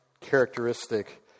characteristic